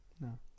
No